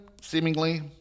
seemingly